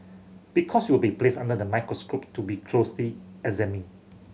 because you will be placed under the microscope to be closely examined